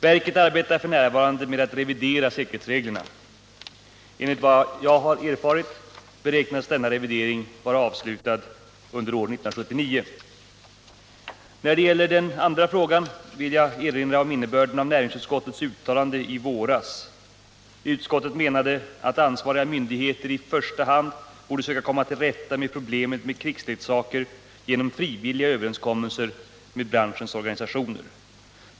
Verket arbetar f.n. med att revidera säkerhetsreglerna. Enligt vad jag har erfarit beräknas denna revidering kunna avslutas under år 1979. När det gäller den andra frågan vil jag erinra om innebörden av näringsutskottets uttalande i våras. Utskottet menade att ansvariga myndigheter i första hand borde söka komma till rätta med problemet med krigsleksaker genom frivilliga överenskommelser med branschens organisationer.